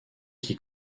qui